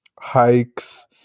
hikes